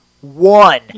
one